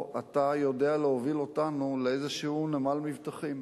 אתה יודע להוביל אותנו לאיזה נמל מבטחים.